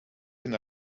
been